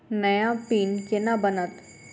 नया पिन केना बनत?